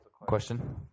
question